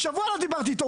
שבוע לא דיברתי איתו,